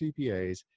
CPAs